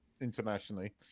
internationally